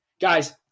guys